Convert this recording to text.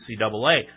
NCAA